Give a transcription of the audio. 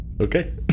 okay